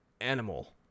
animal